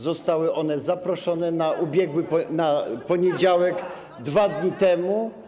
Zostały one zaproszone na poniedziałek 2 dni temu.